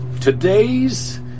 Today's